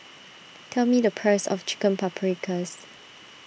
tell me the price of Chicken Paprikas